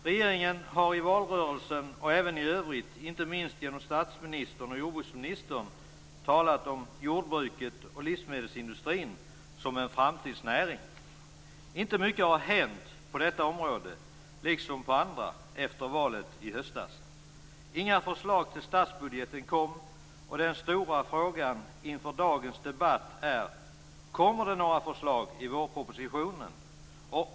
Regeringen har i valrörelsen och även i övrigt, inte minst statsministern och jordbruksministern, talat om jordbruket och livsmedelsindustrin som en framtidsnäring. Inte mycket har hänt på detta område liksom på andra efter valet i höstas. Inga förslag kom till statsbudgeten. Den stora frågan inför dagens debatt är: Kommer det några förslag i vårpropositionen?